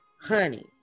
Honey